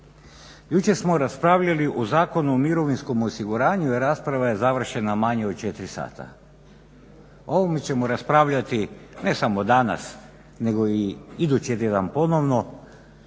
Jučer smo raspravljali o Zakonu o mirovinskom osiguranju a završena je rasprava manje od 4 sata. O ovome ćemo raspravljati ne samo danas nego i idući tjedan ponovno